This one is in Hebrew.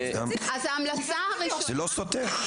זה לא סותר.